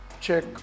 check